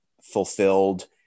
fulfilled